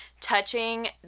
touching